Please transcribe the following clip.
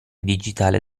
digitale